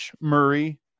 Murray